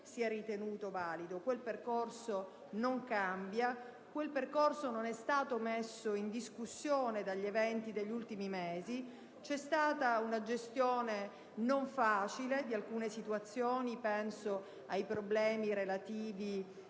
si è ritenuto valido e che non cambia, non essendo messo in discussione dagli eventi degli ultimi mesi. C'è stata una gestione non facile di alcune situazioni, penso ai problemi relativi